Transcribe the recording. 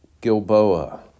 Gilboa